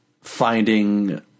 finding